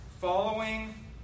following